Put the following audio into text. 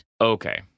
Okay